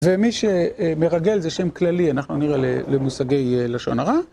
ומי שמרגל זה שם כללי, אנחנו נראה למושגי לשון הרע.